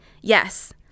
Yes